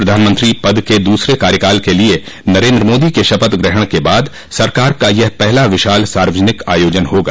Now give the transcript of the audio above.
प्रधानमंत्री पद के दूसरे कार्यकाल के लिए नरेन्द्र मोदी के शपथ ग्रहण के बाद सरकार का यह पहला विशाल सार्वजनिक आयोजन होगा